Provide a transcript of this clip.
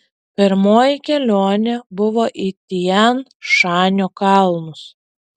pirmoji kelionė buvo į tian šanio kalnus